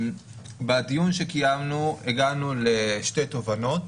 בדיון שקיימנו הגענו לשתי תובנות,